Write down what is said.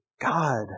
God